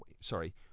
Sorry